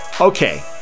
okay